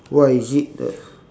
what is it that